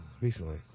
recently